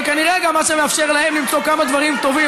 זה כנראה גם מה שמאפשר להן למצוא כמה דברים טובים,